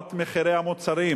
העלאות מחירי המוצר,